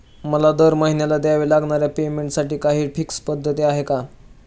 मला दरमहिन्याला द्यावे लागणाऱ्या पेमेंटसाठी काही फिक्स पद्धत आहे का?